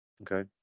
Okay